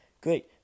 Great